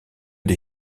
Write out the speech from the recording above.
des